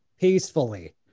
peacefully